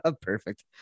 Perfect